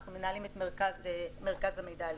מידע ומחקר, אנחנו מנהלים את מרכז המידע הלאומי.